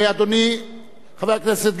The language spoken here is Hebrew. חבר הכנסת בן-ארי,